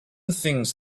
thinks